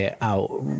out